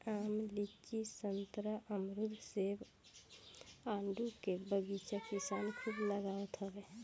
आम, लीची, संतरा, अमरुद, सेब, आडू के बगीचा किसान खूब लगावत हवे